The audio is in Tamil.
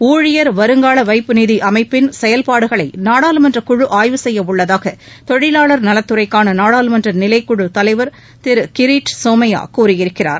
ஊழியர் வருங்கால வைப்புநிதி அமைப்பின் செயல்பாடுகளை நாடாளுமன்ற குழு ஆய்வு செய்ய உள்ளதாக தொழிலாளர் நலத்துறைக்கான நாடாளுமன்ற நிலைக்குழுத் தலைவர் திரு கிரீட் சோமையா கூறியிருக்கிறார்